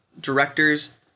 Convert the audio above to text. directors